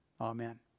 Amen